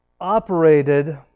operated